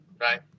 Right